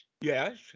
Yes